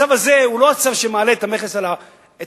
הצו הזה הוא לא הצו שמעלה את המכס על הבלו,